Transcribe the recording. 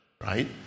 right